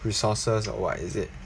resources or what is it